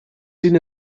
seen